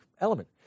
element